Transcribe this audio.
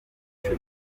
myaka